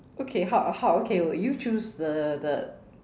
okay how how okay well you choose the the